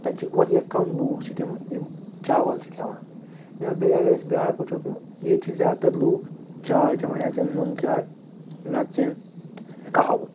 تَتہِ چھِ واریاہ کَم لوٗکھ چھِ تِم یِم چاوَل چھِ کھیٚوان یا بیٚیہِ اگر أسۍ بیٛاکھ وُچھو ییٚتہِ چھِ زیادٕ تَر لوٗکھ چاے چیٚوان یا چیٚن نونہٕ چاے نَہ تہٕ چیٚن قٔہوٕ